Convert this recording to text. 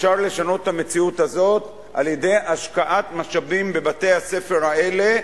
אפשר לשנות את המציאות הזאת על-ידי השקעת משאבים בבתי-הספר האלה,